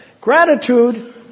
Gratitude